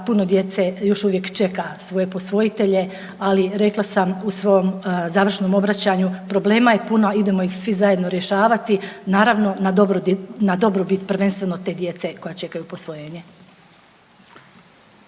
puno djece još uvijek čeka svoje posvojitelje, ali rekla sam u svom završnom obraćanju problema je puno idemo ih svi zajedno rješavati naravno na dobrobit prvenstveno te djece koja čekaju posvojenje.